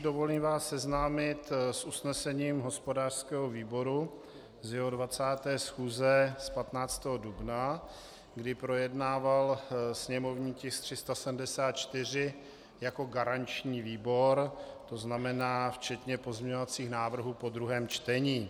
Dovolím si vás seznámit s usnesením hospodářského výboru z jeho 20. schůze z 15. dubna, kdy projednával sněmovní tisk 374 jako garanční výbor, to znamená včetně pozměňovacích návrhů po druhém čtení.